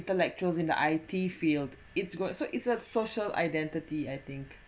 intellectuals in the I_T field it's got so it's at social identity I think